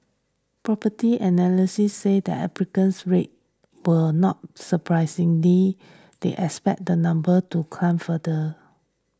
Property Analysts said the applicant rates were not surprising they expected the numbers to climb further